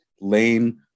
lane